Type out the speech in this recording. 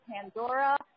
Pandora